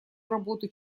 работу